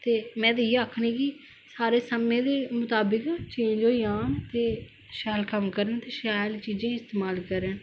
ते में ते इये आक्खनी गी सारे समें दे मुताविक चेंज होई जान ते शैल कम्म करन शैल चीजा गी इस्तेमाल करन